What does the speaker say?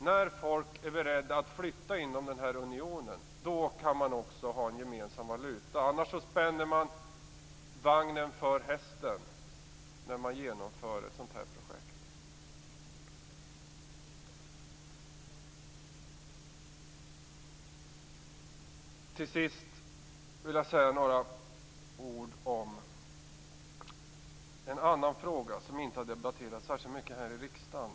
När människor är beredda att flytta inom unionen kan man också ha en gemensam valuta, annars spänner man vagnen för hästen när man genomför ett sådant här projekt. Till sist vill jag säga några ord om en annan fråga, som inte har debatterats särskilt mycket här i riksdagen.